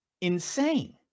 insane